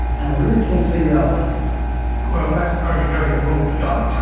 and i really can't figure out why well, that's because you're doing a woman's job, yeah